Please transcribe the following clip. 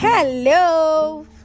Hello